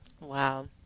Wow